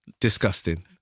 Disgusting